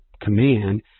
command